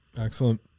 Excellent